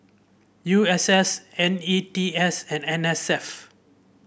U S S N E T S and N S F